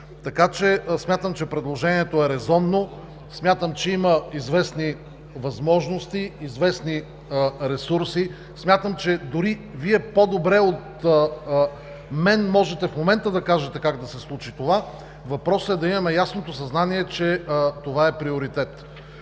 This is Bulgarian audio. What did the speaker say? край. Смятам, че предложението е резонно. Смятам, че има известни възможности, известни ресурси. Смятам, че дори Вие по-добре от мен можете да кажете как да се случи това. Въпросът е да имаме ясното съзнание, че това е приоритет.